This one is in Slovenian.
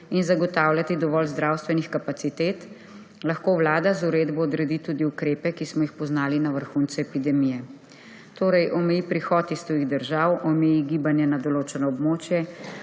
in zagotavljati dovolj zdravstvenih kapacitet, lahko vlada z uredbo odredi tudi ukrepe, ki smo jih poznali na vrhuncu epidemije. Torej omeji prihod iz tujih držav, omeji gibanje na določeno območje